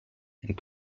and